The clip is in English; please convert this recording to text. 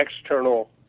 external